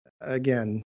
again